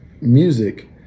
music